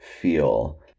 feel